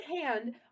hand